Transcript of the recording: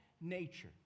nature